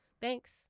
Thanks